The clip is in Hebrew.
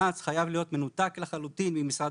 אנ"צ חייב להיות מנותק לחלוטין ממשרד